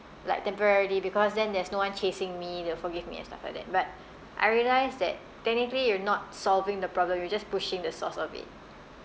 like temporarily because then there's no one chasing me they'll forgive me and stuff like that but I realise that technically you're not solving the problem you're just pushing the source of it